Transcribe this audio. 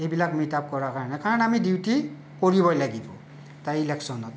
এইবিলাক meet up কৰাৰ কাৰণে কাৰণ আমি ডিউটি কৰিবই লাগিব তা ইলেকচনত